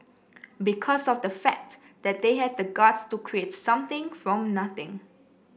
because of the fact that they had the guts to create something from nothing